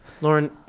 Lauren